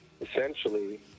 essentially